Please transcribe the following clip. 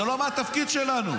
זה לא מהתפקיד שלנו.